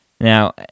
Now